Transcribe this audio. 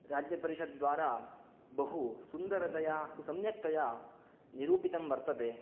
राज्यपरिषद्वारा बहु सुन्दरतया सुसम्यक्तया निरूपितं वर्तते